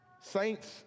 Saints